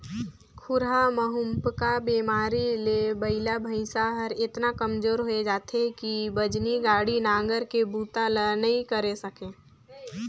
खुरहा मुहंपका बेमारी ले बइला भइसा हर एतना कमजोर होय जाथे कि बजनी गाड़ी, नांगर के बूता ल नइ करे सके